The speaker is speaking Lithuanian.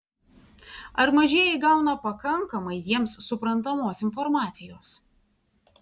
ar mažieji gauna pakankamai jiems suprantamos informacijos